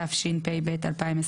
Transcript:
התשפ"ב-2021."